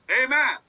Amen